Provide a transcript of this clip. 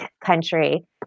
country